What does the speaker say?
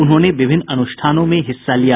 उन्होंने विभिन्न अनुष्ठानों में हिस्सा लिया